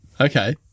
Okay